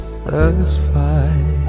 satisfied